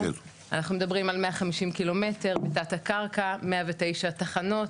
אנחנו מדברים על 150 ק"מ בתת הקרקע 109 תחנות,